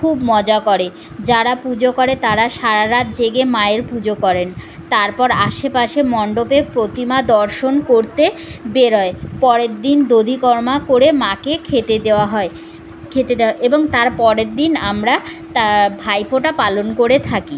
খুব মজা করে যারা পুজো করে তারা সারা রাত জেগে মায়ের পুজো করেন তারপর আশেপাশে মণ্ডপে প্রতিমা দর্শন করতে বেরোয় পরের দিন দধিকর্মা করে মাকে খেতে দেওয়া হয় খেতে দেয়া হয় এবং তারপরের দিন আমরা তা ভাইফোঁটা পালন করে থাকি